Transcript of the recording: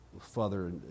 Father